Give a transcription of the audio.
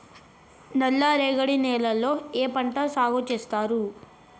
నల్లరేగడి నేలల్లో ఏ పంట సాగు చేస్తారు?